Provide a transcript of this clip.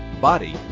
body